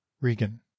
Regan